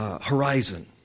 horizon